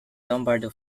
lombardo